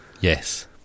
yes